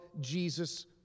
Jesus